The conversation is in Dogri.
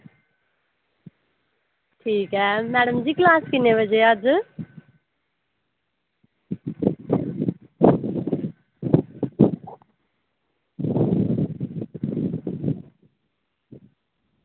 ठीक ऐ मैडम जी क्लॉस किन्ने बजे ऐ अज्ज